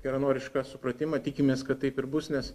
geranorišką supratimą tikimės kad taip ir bus nes